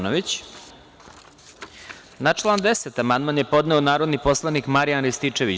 Na član 10. amandman je podneo narodni poslanik Marijan Rističević.